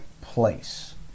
place